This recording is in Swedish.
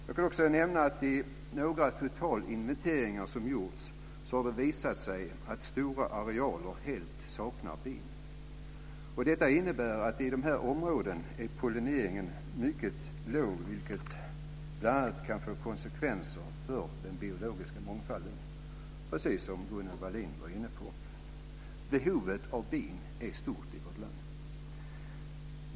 Jag kan också nämna att i några totalinventeringar som har gjorts har det visat sig att stora arealer helt saknar bin. Det innebär att i de områdena är pollineringen mycket låg, vilket bl.a. kan få konsekvenser för den biologiska mångfalden - precis som Gunnel Behovet av bin är stort i vårt land.